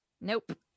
Nope